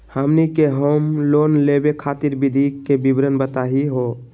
हमनी के home loan लेवे खातीर विधि के विवरण बताही हो?